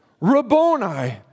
Rabboni